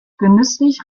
genüsslich